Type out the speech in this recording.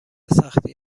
سختی